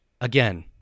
again